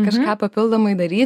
kažką papildomai daryti